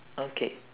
okay